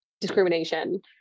discrimination